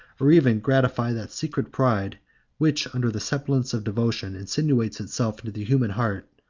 or even gratify that secret pride which, under the semblance of devotion, insinuates itself into the human heart,